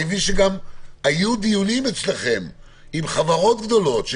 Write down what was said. אני מבין שהיו דיונים אצלכם עם חברות גדולות.